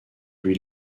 lui